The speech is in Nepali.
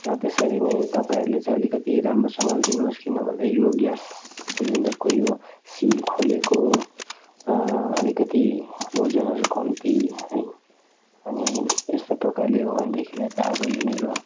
र त्यसरी नै तपाईँहरूले चाहिँ अलिकति राम्रोसँगले दिनुहोस् किनभन्दा यो ग्यास सिलिन्डरको यो सिल खोलेको अलिकति ओजनहरू कम्ती है अनि यस्तो प्रकारले हो भनेदेखिलाई त अब यो मेरो